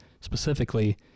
specifically